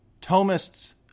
Thomists